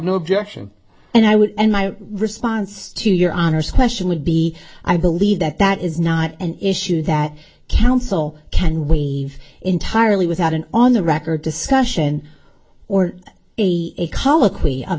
no objection and i would and my response to your honor's question would be i believe that that is not an issue that counsel can we entirely without an on the record discussion or a